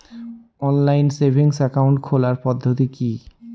Online savings account খোলার পদ্ধতি কি?